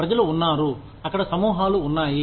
ప్రజలు ఉన్నారు అక్కడ సమూహాలు ఉన్నాయి